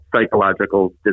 psychological